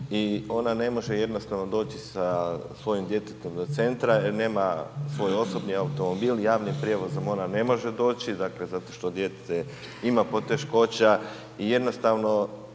i ona ne može jednostavno doći sa svojim djetetom do centra jer nema svoj osobni automobil, javni javnim prijevozom ona ne može doći, dakle, zato što dijete ima poteškoća i jednostavno